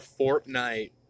Fortnite